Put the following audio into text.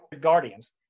guardians